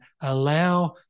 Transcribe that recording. allow